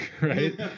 right